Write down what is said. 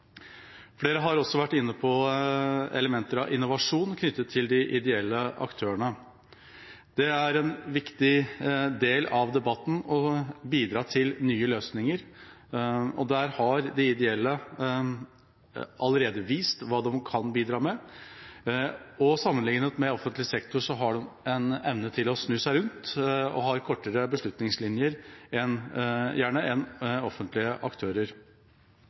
Flere har også vært inne på elementer av innovasjon knyttet til de ideelle aktørene. Det er en viktig del av debatten å bidra til nye løsninger, og der har de ideelle allerede vist hva de kan bidra med. Sammenlignet med offentlig sektor har de en evne til å snu seg rundt, og de har gjerne kortere beslutningslinjer enn offentlige aktører.